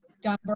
Don